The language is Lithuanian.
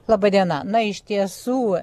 laba diena na iš tiesų